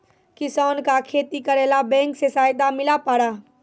किसान का खेती करेला बैंक से सहायता मिला पारा?